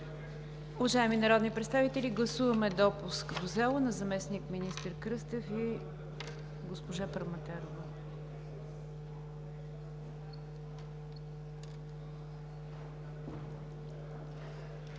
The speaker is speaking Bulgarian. Уважаеми народни представители, гласуваме допуск до залата на заместник-министър Кръстева и господин Праматаров.